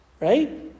Right